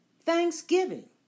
Thanksgiving